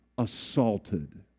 assaulted